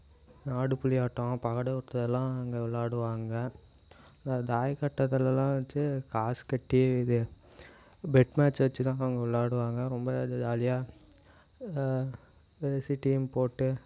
ஆடு புலி ஆட்டம் பகடை உருட்டுதல்லாம் அங்கே விளாடுவாங்க தாயக் கட்டதுலல்லாம் வச்சி காசு கட்டி இது பெட்டு மேட்ச் வச்சி தான் அங்கே விளாடுவாங்க ரொம்ப ஜாலியாக பேசி டீம் போட்டு